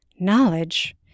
Knowledge